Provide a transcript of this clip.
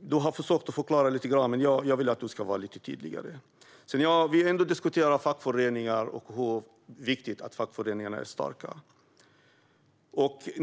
Du har försökt att förklara lite grann, men jag vill att du ska vara tydligare. Vi har diskuterat fackföreningar och hur viktigt det är att fackföreningarna är starka.